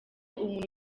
umuntu